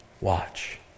watch